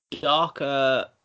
darker